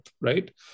right